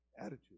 attitude